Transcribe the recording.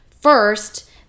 First